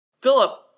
Philip